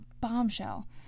bombshell